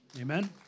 Amen